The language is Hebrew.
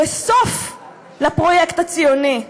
וסוף לפרויקט הציוני,